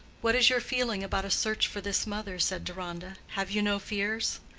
what is your feeling about a search for this mother? said deronda. have you no fears?